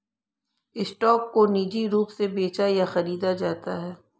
stock को निजी रूप से बेचा या खरीदा जाता है